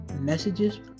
messages